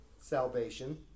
salvation